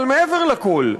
אבל מעבר לכול,